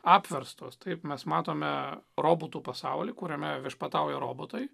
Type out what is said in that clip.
apverstos taip mes matome robotų pasaulį kuriame viešpatauja robotai